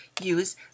use